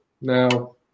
now